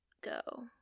go